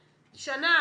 שנה,